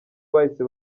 bahise